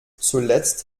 zuletzt